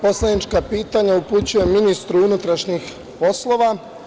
Poslanička pitanja upućujem ministru unutrašnjih poslova.